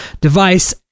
device